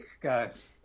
guys